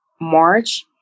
March